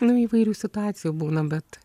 nu įvairių situacijų būna bet